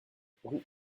rue